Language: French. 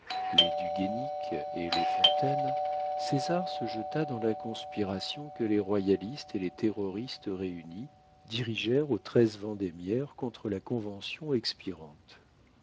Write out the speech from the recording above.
les du guénic et les fontaine césar se jeta dans la conspiration que les royalistes et les terroristes réunis dirigèrent au vent des m contre la convention expirante